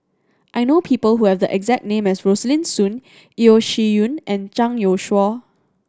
I know people who have the exact name as Rosaline Soon Yeo Shih Yun and Zhang Youshuo